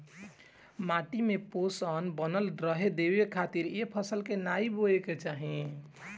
माटी में पोषण बनल रहे देवे खातिर ए फसल के नाइ बोए के चाही